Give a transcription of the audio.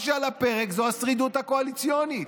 מה שעל הפרק זה השרידות הקואליציונית,